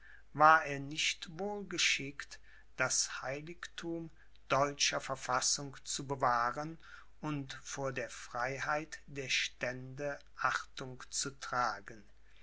war er nicht wohl geschickt das heiligthum deutscher verfassung zu bewahren und vor der freiheit der stände achtung zu tragen